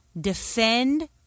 defend